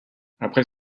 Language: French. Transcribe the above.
après